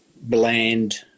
bland